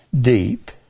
deep